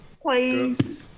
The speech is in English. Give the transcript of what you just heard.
Please